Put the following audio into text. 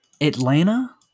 Atlanta